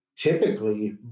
typically